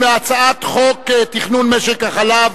הצעת חוק תכנון משק החלב,